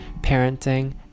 parenting